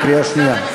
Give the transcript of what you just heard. בקריאה שנייה.